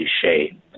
cliche